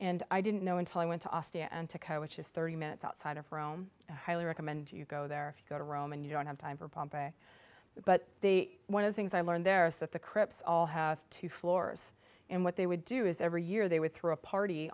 and i didn't know until i went to ostia antica which is thirty minutes outside of rome highly recommend you go there if you go to rome and you don't have time for bombay but one of the things i learned there is that the crips all have two floors and what they would do is every year they would throw a party